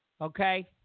okay